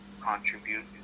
contribute